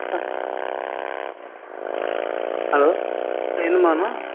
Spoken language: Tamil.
ஆ ஹலோ என்னம்மா வேணும்